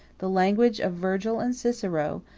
the language of virgil and cicero,